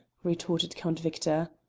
retorted count victor.